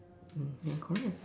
then correct